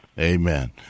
amen